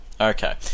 Okay